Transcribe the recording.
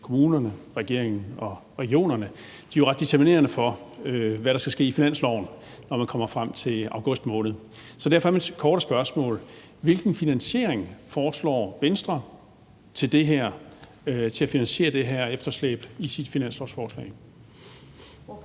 kommunerne og regeringen og regionerne, jo er ret determinerende for, hvad der skal ske i finansloven, når man kommer frem til august måned. Derfor er mit korte spørgsmål: Hvilken finansiering foreslår Venstre til at finansiere det her efterslæb i sit finanslovsforslag?